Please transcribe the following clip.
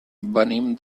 venim